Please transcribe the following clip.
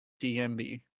DMB